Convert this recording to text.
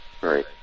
Right